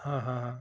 ہاں ہاں ہاں